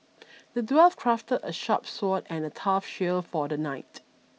the dwarf crafted a sharp sword and a tough shield for the knight